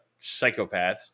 Psychopaths